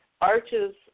arches